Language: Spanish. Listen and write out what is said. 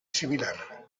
similar